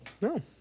No